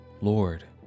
Lord